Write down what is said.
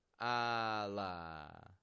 Allah